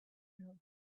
know